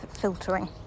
filtering